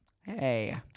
Hey